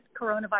coronavirus